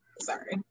Sorry